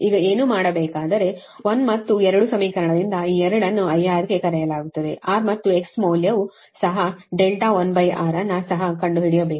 ಈಗ ಏನು ಮಾಡಬೇಕಾದರೆ 1 ಮತ್ತು 2 ಸಮೀಕರಣದಿಂದ ಮತ್ತು ಈ 2 ಅನ್ನು IR ಎಂದೂ ಕರೆಯಲಾಗುತ್ತದೆ R ಮತ್ತು X ಮೌಲ್ಯವು ಸಹ R1 ಅನ್ನು ಸಹ ಕಂಡುಹಿಡಿಯಬೇಕು